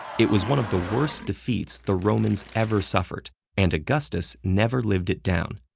it was one of the worst defeats the romans ever suffered and augustus never lived it down.